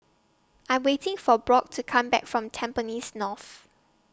I'm waiting For Brock to Come Back from Tampines North